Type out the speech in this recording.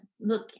look